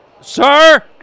sir